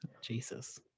jesus